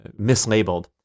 mislabeled